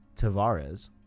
Tavares